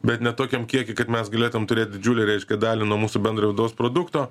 bet ne tokiam kieky kad mes galėtumėm turėt didžiulę reiškia dalį nuo mūsų bendro vidaus produkto